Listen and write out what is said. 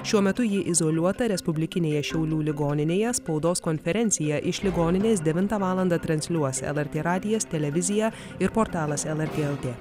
šiuo metu ji izoliuota respublikinėje šiaulių ligoninėje spaudos konferenciją iš ligoninės devintą valandą transliuos lrt radijas televizija ir portalas lrt lt